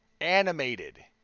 animated